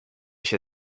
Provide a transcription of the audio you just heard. się